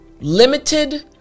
limited